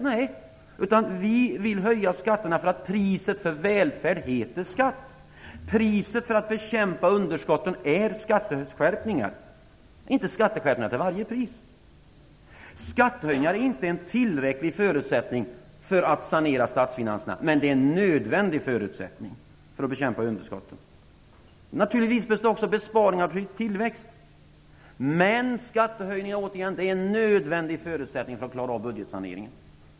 Nej, vi vill höja skatterna för att priset för välfärd heter skatt. Priset för att bekämpa underskotten är skatteskärpningar. Vi vill inte ha skatteskärpningar till varje pris. Skattehöjningar är inte tillräckligt för att sanera statsfinanserna, men det är en nödvändig förutsättning för att bekämpa underskotten. Naturligtvis behövs det också besparingar för att få tillväxt, men jag vill återigen säga att skattehöjningar är en nödvändig förutsättning för att klara av budgetsaneringen.